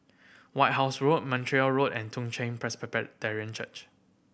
White House Road Montreal Road and Toong Chai Church